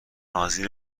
نازی